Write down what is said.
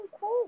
cool